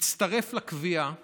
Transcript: יצטרף לקביעה